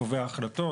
לקובעי ההחלטות,